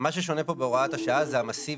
מה ששונה פה בהוראת השעה זה המסיביות.